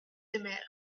aimèrent